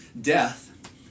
death